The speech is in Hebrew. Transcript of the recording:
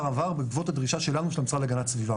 עבר בעקבות הדרישה שלנו ושל המשרד להגנת הסביבה.